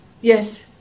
Yes